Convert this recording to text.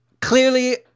clearly